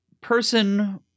person